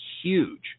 huge